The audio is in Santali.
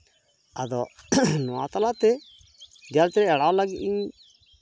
ᱟᱫᱚ ᱱᱚᱣᱟ ᱛᱟᱞᱟᱛᱮ ᱡᱟᱦᱟᱸᱛᱮ ᱮᱲᱟᱣ ᱞᱟᱹᱜᱤᱫ ᱤᱧ